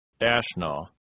Ashna